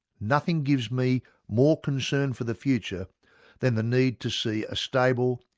nothing gives me more concern for the future than the need to see a stable,